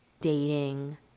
dating